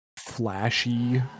flashy